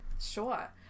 Sure